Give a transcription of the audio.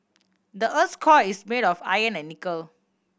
the earth's core is made of iron and nickel